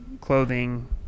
clothing